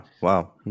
wow